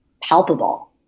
palpable